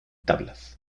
tablas